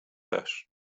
też